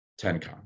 Tenkan